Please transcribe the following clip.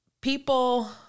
people